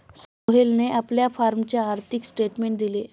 सोहेलने आपल्या फॉर्मचे आर्थिक स्टेटमेंट दिले